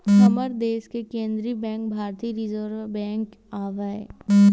हमर देस के केंद्रीय बेंक भारतीय रिर्जव बेंक आवय